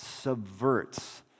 subverts